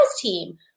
team